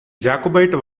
jacobite